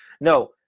No